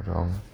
um